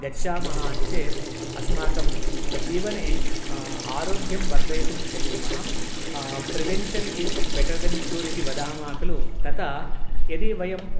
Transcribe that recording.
गच्छामः चेत् अस्माकं जीवने आरोग्यं वर्धयितुं शक्नुमः prevention is better than cure इति वदामः खलु तथा यदि वयं